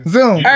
Zoom